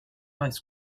ice